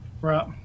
Right